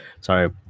sorry